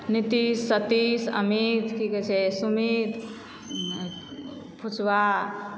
नीतीश सतीश अमित कि कहय छै सुमित फुसुवा